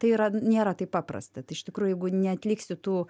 tai yra nėra taip paprasta tai iš tikrųjų jeigu neatliksi tų